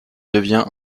devient